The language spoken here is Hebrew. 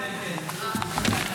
כן, כן.